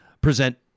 present